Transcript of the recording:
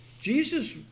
Jesus